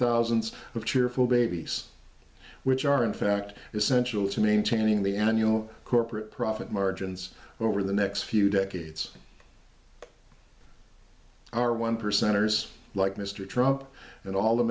thousands of cheerful babies which are in fact essential to maintaining the annual corporate profit margins over the next few decades are one percenters like mr trump and all the